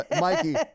Mikey